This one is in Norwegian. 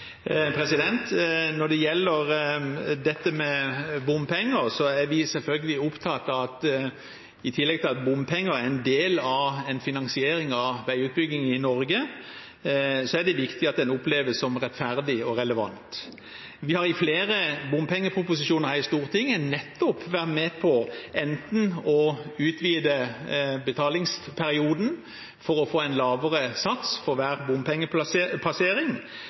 Når det gjelder bompenger, er vi selvfølgelig opptatt av at i tillegg til at bompenger er en del av finansieringen av veiutbyggingen i Norge, er det viktig at den oppleves som rettferdig og relevant. Vi har i flere bompengeproposisjoner i Stortinget nettopp vært med på å utvide betalingsperioden for å få en lavere sats for hver